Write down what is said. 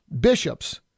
bishops